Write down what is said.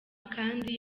kandi